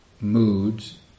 moods